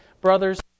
brothers